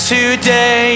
Today